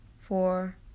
four